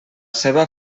seva